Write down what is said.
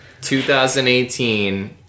2018